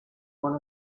one